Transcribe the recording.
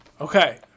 Okay